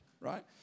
right